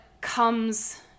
comes